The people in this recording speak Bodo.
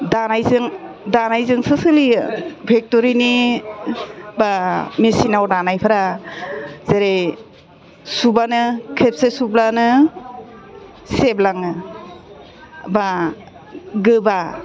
दानायजों दानायजोंसो सोलियो फेक्ट'रिनि बा मिचिनाव दानायफ्रा जेरै सुबानो खेबसे सुब्लानो सेबलाङो बा गोबा